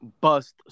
bust